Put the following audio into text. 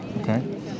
Okay